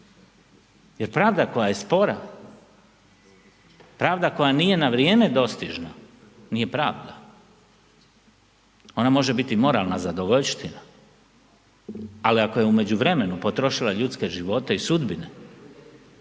Jer pravda koja je spora, pravda koja nije na vrijeme dostižna nije pravda. Ona može biti moralna zadovoljština ali ako je u međuvremenu potrošila ljudske živote i sudbine,